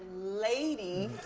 lady.